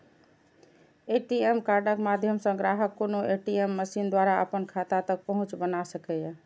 ATM कार्डक माध्यम सं ग्राहक कोनो ए.टी.एम मशीन द्वारा अपन खाता तक पहुंच बना सकैए